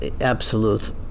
absolute